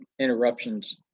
interruptions